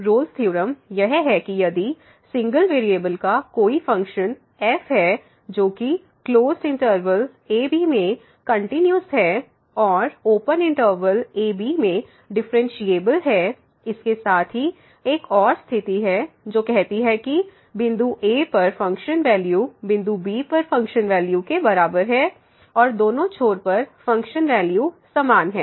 roles theorem Rolle's Theorem यह है कि यदि सिंगल वेरिएबल का कोई फ़ंक्शन f है जोकि क्लोसड इंटरवल a b में कंटिन्यूस है और ओपन इंटरवल a b में डिफरेंशिएबल है इसके साथ ही एक और स्थिति है जो कहती है कि बिंदु a पर फ़ंक्शन वैल्यू बिंदु b पर फ़ंक्शन वैल्यू के बराबर है और दोनो छोर पर फ़ंक्शन वैल्यू समान है